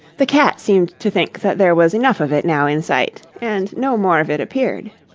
the cat seemed to think that there was enough of it now in sight, and no more of it appeared.